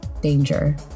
danger